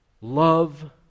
love